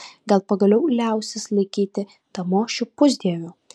gal pagaliau liausis laikyti tamošių pusdieviu